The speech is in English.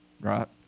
right